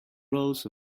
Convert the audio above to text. rolls